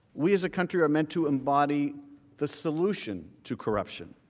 we as a country are meant to embody the solution to corruption.